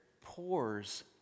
pours